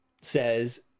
says